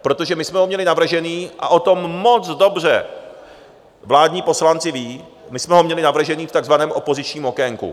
Protože my jsme ho měli navržený a o tom moc dobře vládní poslanci vědí, my jsme ho měli navržený v takzvaném opozičním okénku.